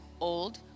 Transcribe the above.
old